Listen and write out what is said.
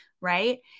right